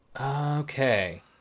Okay